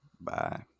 bye